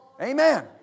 Amen